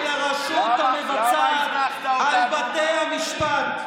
השתלטות עוינת של הרשות המבצעת על בתי המשפט.